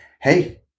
hey